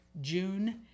June